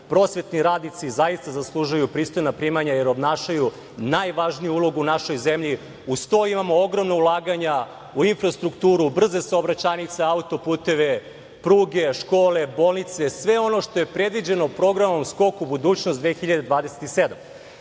Prosvetni radnici zaista zaslužuju pristojna primanja, jer obnašaju najvažniju ulogu u našoj zemlji. Uz to, imamo ogromna ulaganja u infrastrukturu, brze saobraćajnice, autoputeve, pruge, škole, bolnice, sve ono što je predviđeno programom „Skok u budućnost 2027“.